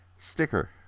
sticker